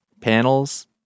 panels